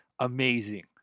amazing